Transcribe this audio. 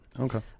Okay